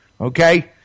okay